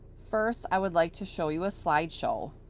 first i would like to show you a slideshow,